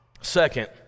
second